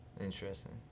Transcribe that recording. interesting